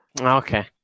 Okay